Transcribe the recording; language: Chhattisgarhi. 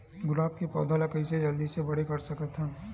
गुलाब के पौधा ल कइसे जल्दी से बड़े कर सकथन?